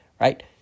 Right